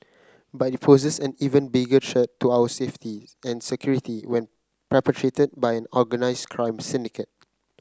but it poses an even bigger threat to our safeties and security when perpetrated by an organised crime syndicate